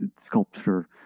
sculpture